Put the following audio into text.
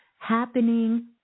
happening